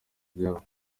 ibyabo